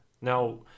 Now